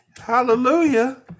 Hallelujah